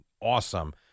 awesome